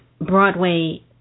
Broadway